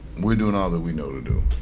we doing all that we know to do.